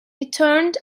returns